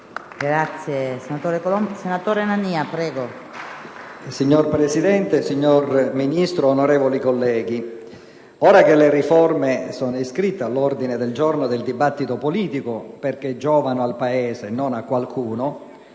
finestra") *(PdL)*. Signora Presidente, signor Ministro, onorevoli colleghi, ora che le riforme sono iscritte all'ordine del giorno del dibattito politico (perché giovano al Paese, non a qualcuno),